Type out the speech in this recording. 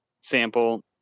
sample